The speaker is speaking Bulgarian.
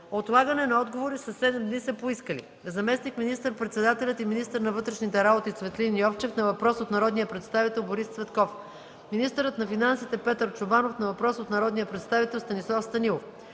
отлагане на отговори със седем дни са поискали: - заместник министър-председателят и министър на вътрешните работи Цветлин Йовчев – на въпрос от народния представител Борис Цветков; - министърът на финансите Петър Чобанов – на въпрос от народния представител Станислав Станилов;